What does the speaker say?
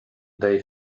dei